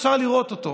ואפשר לראות אותו.